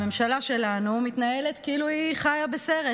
הממשלה שלנו מתנהלת כאילו היא חיה בסרט,